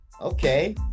okay